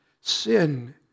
sin